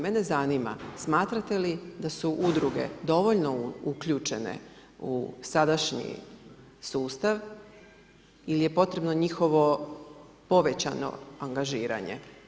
Mene zanima, smatrate li da su udruge dovoljno uključene u sadašnji sustav ili je potrebno njihovo povećano angažiranje?